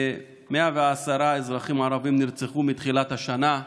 כ-110 אזרחים ערבים נרצחו מתחילת השנה.